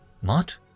What